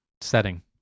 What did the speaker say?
setting